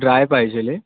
dry पाहिजेले